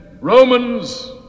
Romans